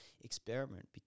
Experiment